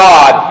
God